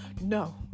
no